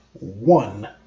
one